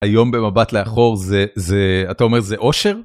היום במבט לאחור זה אתה אומר זה עושר.